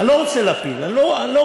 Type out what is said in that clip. אני לא רוצה להפיל, אני לא רוצה.